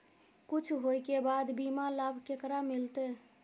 कुछ होय के बाद बीमा लाभ केकरा मिलते?